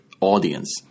audience